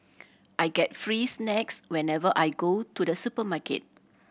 I get free snacks whenever I go to the supermarket